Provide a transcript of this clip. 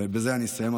ובזה אסיים,